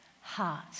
heart